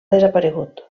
desaparegut